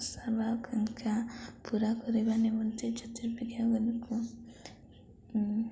କା ପୁରି ପୁରି ମାନେ